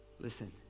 listen